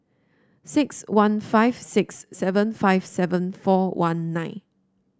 six one five six seven five seven four one nine